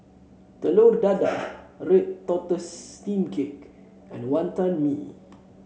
Telur Dadah Red Tortoise Steamed Cake and Wonton Mee